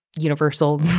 Universal